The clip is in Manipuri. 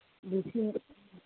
ꯂꯤꯁꯤꯡ